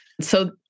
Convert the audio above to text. So-